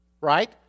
right